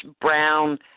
brown